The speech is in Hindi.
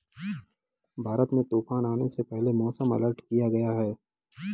भारत में तूफान आने से पहले मौसम अलर्ट किया गया है